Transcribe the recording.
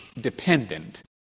dependent